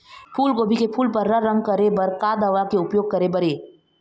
फूलगोभी के फूल पर्रा रंग करे बर का दवा के उपयोग करे बर ये?